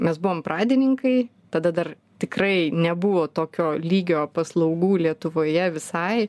mes buvom pradininkai tada dar tikrai nebuvo tokio lygio paslaugų lietuvoje visai